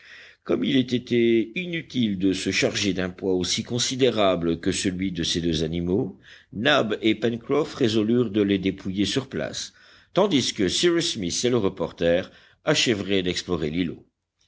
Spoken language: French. comme il était inutile de se charger d'un poids aussi considérable que celui de ces deux animaux nab et pencroff résolurent de les dépouiller sur place tandis que cyrus smith et le reporter achèveraient d'explorer l'îlot